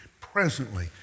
presently